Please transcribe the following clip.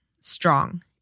strong